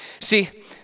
See